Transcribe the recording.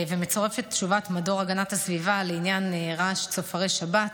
ומצורפת תשובת מדור הגנת הסביבה לעניין רעש צופרי שבת,